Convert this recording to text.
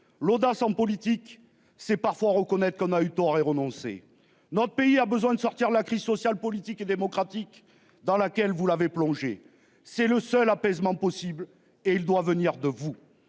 l'audace en politique c'est parfois reconnaître qu'on a eu tort et renoncer. Notre pays a besoin de sortir de la crise sociale, politique et démocratique dans laquelle vous l'avez plongé. C'est le seul apaisement possible et il doit venir de vous.